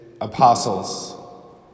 apostles